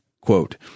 Quote